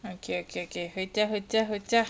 okay okay okay 回家回家回家